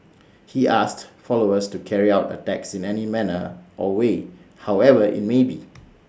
he asked followers to carry out attacks in any manner or way however IT may be